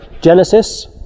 Genesis